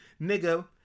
nigga